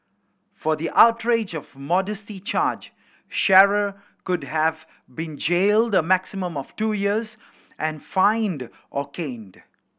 for the outrage of modesty charge Shearer could have been jailed a maximum of two years and fined or caned